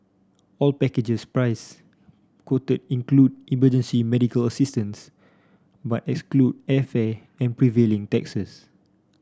all packages price quoted include emergency medical assistance but exclude airfare and prevailing taxes